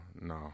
No